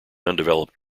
undeveloped